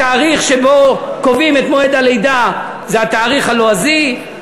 התאריך שבו קובעים את מועד הלידה זה התאריך הלועזי.